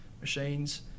machines